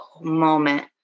moment